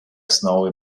snowy